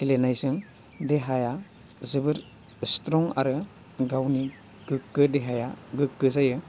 गेलेनायजों देहाया जोबोर स्ट्रं आरो गावनि गोग्गो देहाया गोग्गो जायो